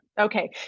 Okay